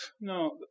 No